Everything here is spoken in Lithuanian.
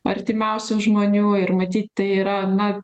artimiausių žmonių ir matyt tai yra na